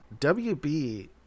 WB